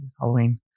Halloween